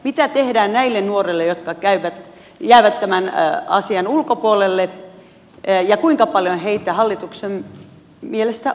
mitä tehdään näille nuorille jotka jäävät tämän asian ulkopuolelle ja kuinka paljon heitä hallituksen mielestä on